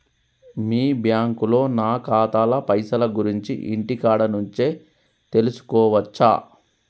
మీ బ్యాంకులో నా ఖాతాల పైసల గురించి ఇంటికాడ నుంచే తెలుసుకోవచ్చా?